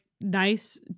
nice